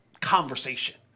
conversation